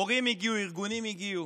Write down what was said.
הורים הגיעו, ארגונים הגיעו,